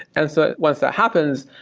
and so once that happens,